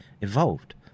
evolved